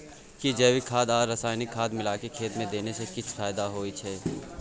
कि जैविक खाद आ रसायनिक खाद मिलाके खेत मे देने से किछ फायदा होय छै?